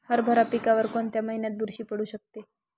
हरभरा पिकावर कोणत्या महिन्यात बुरशी पडू शकते?